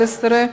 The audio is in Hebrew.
11)